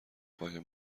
قایم